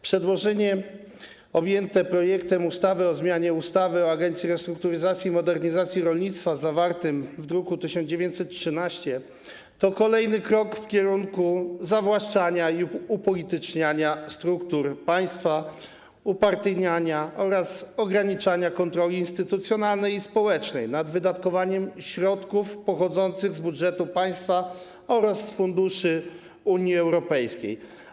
Przedłożenie objęte projektem ustawy o zmianie ustawy o Agencji Restrukturyzacji i Modernizacji Rolnictwa zawartym w druku nr 1913 to kolejny krok w kierunku zawłaszczania i upolityczniania struktur państwa, upartyjniania oraz ograniczania kontroli instytucjonalnej i społecznej nad wydatkowaniem środków pochodzących z budżetu państwa oraz z funduszy Unii Europejskiej.